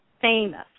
famous